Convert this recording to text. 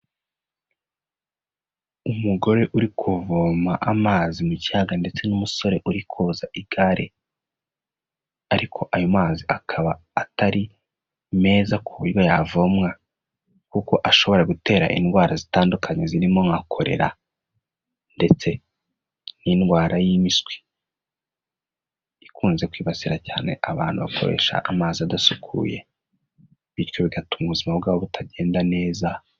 Umugore uri kuvoma amazi mu kiyaga ndetse n'umusore uri koza igare, ariko ayo mazi akaba atari meza ku buryo yavomwa kuko ashobora gutera indwara zitandukanye zirimo nka korera ndetse n'indwara y'impiswi ikunze kwibasira cyane abantu bakoresha amazi adasukuye, bityo bigatuma ubuzima bwabo butagenda neza.